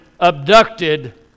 abducted